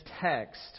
text